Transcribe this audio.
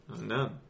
None